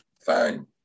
Fine